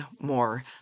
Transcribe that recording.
more